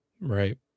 Right